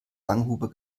langhuber